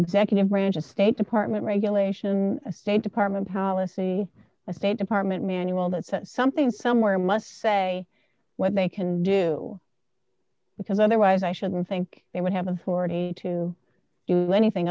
executive branch a state department regulation a state department policy a state department manual that says something somewhere must say what they can do because otherwise i shouldn't think they would have authority to do anything